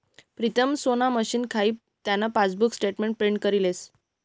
प्रीतम सोना मशीन खाई त्यान पासबुक स्टेटमेंट प्रिंट करी लेस